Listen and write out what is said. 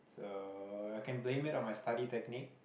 so I can blame it on my study technique